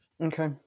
Okay